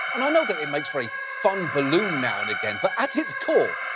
and i know that it makes for a fun balloon now and again, but at its core,